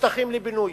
לשטחים לבינוי,